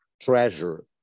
treasure